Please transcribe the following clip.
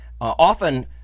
often